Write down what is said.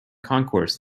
concourse